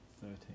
thirteen